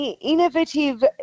innovative –